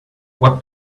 what